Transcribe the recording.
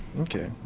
Okay